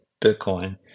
Bitcoin